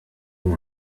and